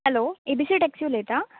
hello A B C taxi उलयता